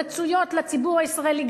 רצויות לציבור הישראלי,